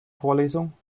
vorlesung